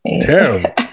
Terrible